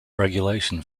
regulation